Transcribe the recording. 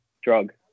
drug